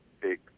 big